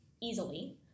easily